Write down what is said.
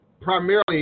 primarily